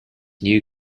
new